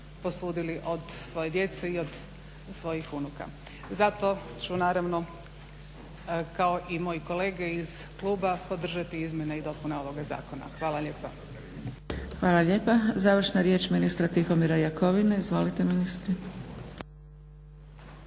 posudili od svoje djece i od svoji unuka. Zato ću naravno kao i moje kolege iz kluba podržati izmjene i dopune ovoga zakona. Hvala lijepa. **Zgrebec, Dragica (SDP)** Hvala lijepa. Završna riječ ministar Tihomir Jakovina. Izvolite ministre.